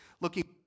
looking